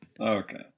Okay